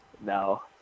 No